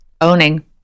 Owning